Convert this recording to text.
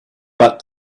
but